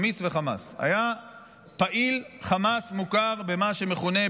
היה פעיל חמאס מוכר במה שמכונה,